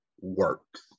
works